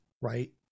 Right